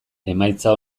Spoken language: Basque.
emaitza